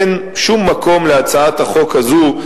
אין שום מקום להצעת החוק הזאת,